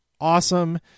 awesome